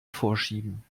vorschieben